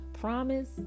Promise